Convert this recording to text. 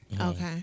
Okay